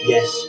Yes